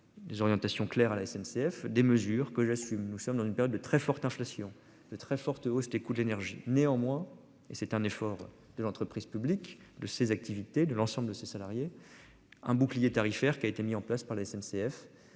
Des orientations claires à la SNCF des mesures que j'assume. Nous sommes dans une période de très forte inflation de très forte hausse des coûts de l'énergie néanmoins et c'est un effort de l'entreprise publique de ses activités de l'ensemble de ses salariés. Un bouclier tarifaire qui a été mis en place par la SNCF.